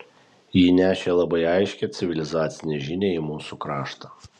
ji nešė labai aiškią civilizacinę žinią į mūsų kraštą